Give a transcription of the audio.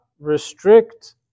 Restrict